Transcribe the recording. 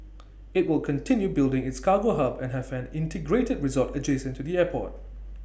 IT will continue building its cargo hub and have an integrated resort adjacent to the airport